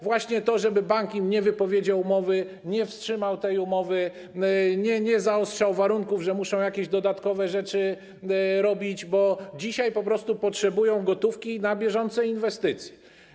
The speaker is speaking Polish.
Właśnie to, żeby im bank nie wypowiedział umowy, nie wstrzymał tej umowy, nie zaostrzał warunków, że muszą jakieś dodatkowe rzeczy robić, bo dzisiaj po prostu potrzebują gotówki na bieżące inwestycje.